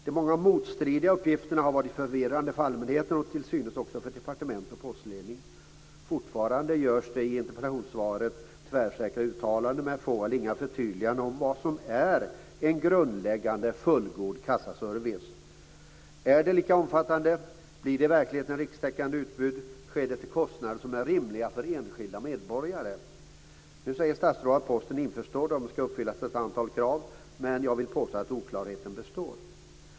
De många motstridiga uppgifterna har varit förvirrande för allmänheten och till synes också för departement och postledning. Fortfarande görs det i interpellationssvaret tvärsäkra uttalanden, men det finns få eller inga förtydliganden om vad som är en "grundläggande fullgod kassaservice". Är det lika omfattande? Blir det i verkligheten ett rikstäckande utbud? Sker det till kostnader som är rimliga för enskilda medborgare? Nu säger statsrådet att posten är införstådd med att det ska uppfyllas ett antal krav, men jag vill påstå att oklarheten består.